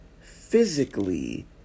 physically